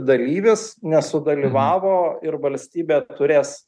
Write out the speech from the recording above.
dalyvis nesudalyvavo ir valstybė turės